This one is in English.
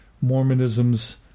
Mormonism's